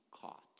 caught